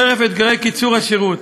חרף אתגרי קיצור השירות.